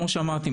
כמו שאמרתי,